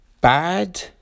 bad